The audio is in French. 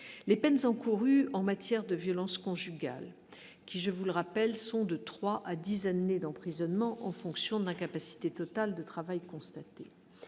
les peines encourues en matière de violence conjugale, qui je vous le rappelle, sont de 3 à 10 années d'emprisonnement en fonction de l'incapacité totale de travail constatée